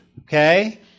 Okay